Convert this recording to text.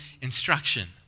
instruction